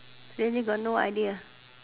really got no idea